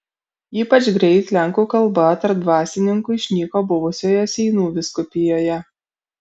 ypač greit lenkų kalba tarp dvasininkų išnyko buvusioje seinų vyskupijoje